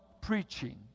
preaching